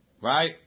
Right